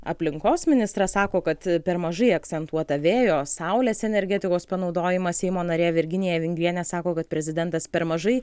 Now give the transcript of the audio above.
aplinkos ministras sako kad per mažai akcentuota vėjo saulės energetikos panaudojimas seimo narė virginija vingrienė sako kad prezidentas per mažai